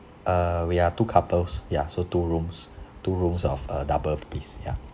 uh we are two couples ya so two rooms two rooms of a double please ya